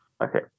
Okay